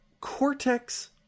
cortex